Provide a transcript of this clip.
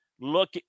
look